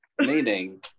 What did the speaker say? meaning